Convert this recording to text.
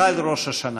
חל ראש השנה.